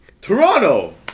Toronto